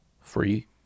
free